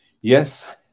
yes